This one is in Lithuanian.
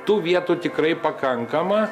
tų vietų tikrai pakankama